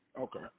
okay